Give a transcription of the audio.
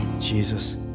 jesus